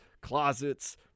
closets